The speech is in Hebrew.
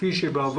כפי שהיה בעבר,